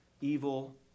evil